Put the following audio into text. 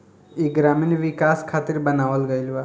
ई ग्रामीण विकाश खातिर बनावल गईल बा